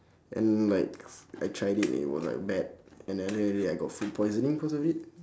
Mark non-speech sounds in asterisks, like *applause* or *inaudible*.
*breath* and like *noise* I tried it and it was like bad and at the end of the day I got food poisoning because of it